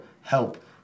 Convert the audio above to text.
help